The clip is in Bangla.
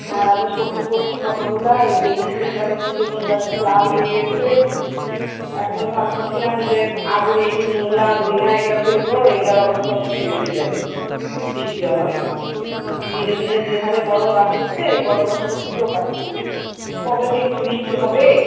আর আমি সবজি কষছি কতগুলা এই বেগুন ক্ষেত লাগাইছি বেগুন গাছ তো লাল হয়ে গেসে এখন ভাবতেসিলাম যে আগুরে একটু মুলা ধইন্যা এগলা ফেলবো এগলার অবস্থাও তো শেষ হয়ে যাবে বৃষ্টির অভাবে দিনে দিনে যে হারে গরম বাড়তেসে গরমে স্বস্তিও পাচ্ছি না কবে যে একটু বৃষ্টি হবে